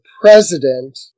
president